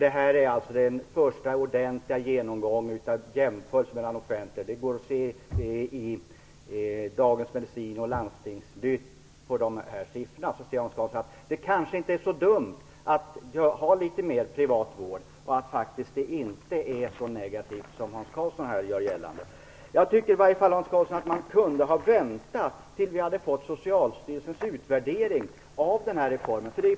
Nämnda undersökning är alltså den första ordentliga genomgången där man jämför privat och offentlig sjukvård. De här siffrorna kan man läsa om i Dagens Medicin och i Landstingsnytt. Kanske är det inte så dumt med litet mer av privat vård, som faktiskt inte är så negativ som Hans Karlsson här gör gällande. Man kunde väl ha väntat tills vi fått Socialstyrelsens utvärdering av reformen.